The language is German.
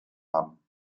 haben